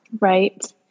Right